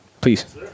Please